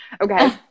Okay